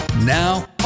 Now